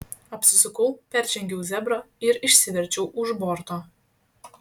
apsisukau peržengiau zebrą ir išsiverčiau už borto